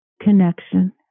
connection